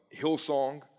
Hillsong